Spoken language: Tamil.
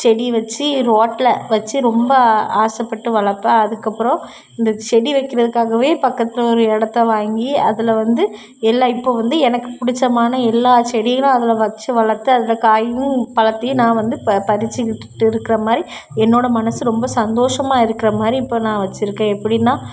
செடி வச்சி ரோட்டில் வச்சி ரொம்ப ஆசைப்பட்டு வளர்ப்பேன் அதுக்கு அப்புறம் இந்த செடி வைக்கிறதுக்காகவே பக்கத்தில் ஒரு இடத்த வாங்கி அதில் வந்து எல்லாம் இப்போ வந்து எனக்கு படிச்சமான எல்லா செடிகளும் அதில் வச்சி வளர்த்து அதில் காயையும் பழத்தையும் நான் வந்து ப பறிச்சிக்கிட்டு இருக்கிற மாதிரி என்னோடய மனசு ரொம்ப சந்தோஷமாக இருக்கிற மாதிரி இப்போ நான் வச்சிருக்கேன் எப்படினா